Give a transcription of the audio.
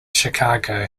chicago